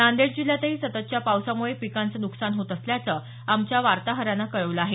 नांदेड जिल्ह्यातही सततच्या पावसामुळे पिकांच नुकसान होत असल्याचं आमच्य वार्ताहरानं कळवलं आहे